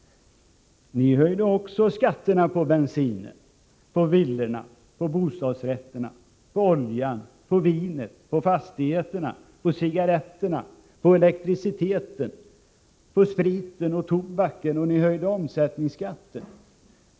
Också ni höjde skatten på bensin, på villorna, på bostadsrätterna, på oljan, på vinet, på fastigheterna, på cigaretterna, på elektriciteten, på spriten och tobaken, och ni höjde omsättningsskatten.